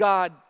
God